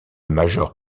major